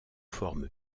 forme